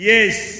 Yes